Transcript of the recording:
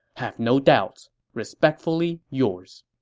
have no doubts. respectfully yours